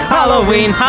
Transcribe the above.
Halloween